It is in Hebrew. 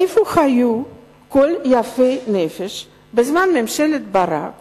איפה היו כל יפי הנפש בזמן ממשלת ברק